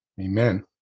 Amen